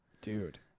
dude